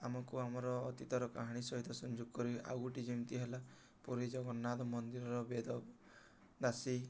ଆମକୁ ଆମର ଅତୀତର କାହାଣୀ ସହିତ ସଂଯୋଗ କରିିବ ଆଉ ଗୋଟି ଯେମିତି ହେଲା ପୁରୀ ଜଗନ୍ନାଥ ମନ୍ଦିରର ବେଦ ଦାସି